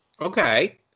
Okay